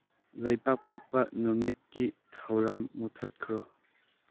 ꯂꯩꯕꯥꯛꯄꯣꯛꯄ ꯅꯨꯃꯤꯠꯀꯤ ꯊꯧꯔꯝ ꯃꯨꯠꯊꯠꯈ꯭ꯔꯣ